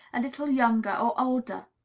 a little younger or older?